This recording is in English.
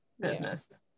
business